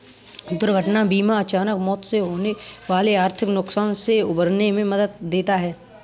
दुर्घटना बीमा अचानक मौत से होने वाले आर्थिक नुकसान से उबरने में मदद देता है